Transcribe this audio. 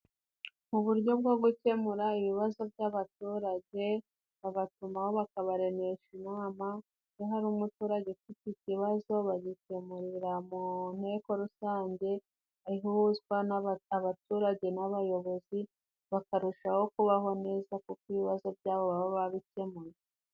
Mu buryo bwo gukemura ibibazo by'abaturage, babatumaho bakabaremesha inama, iyo hari umuturage ufite ikibazo bagikemurira mu nteko rusange ihuzwa naba abaturage n'abayobozi, bakarushaho kubaho neza kuko ibibazo byabo baba babikemuye.